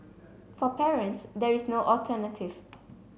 for parents there is no alternative